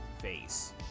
face